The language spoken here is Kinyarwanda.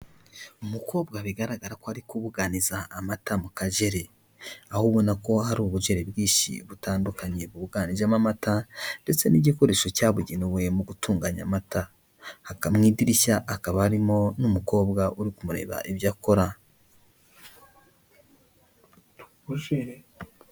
Umukobwa bigaragara ko ari kubuganiza amata mu kajere, aho ubona ko hari ubujere bwinshi butandukanye bubuganijemo amata ndetse n'igikoresho cyabugeneweye mu gutunganya amata, mu idirishya hakaba harimo n'umukobwa uri kumureba ibyo akora.